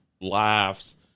laughs